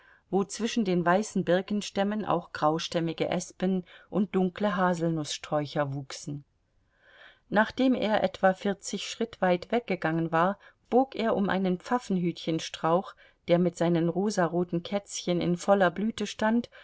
wo zwischen den weißen birkenstämmen auch graustämmige espen und dunkle haselnußsträucher wuchsen nachdem er etwa vierzig schritt weit weggegangen war bog er um einen pfaffenhütchenstrauch der mit seinen rosaroten kätzchen in voller blüte stand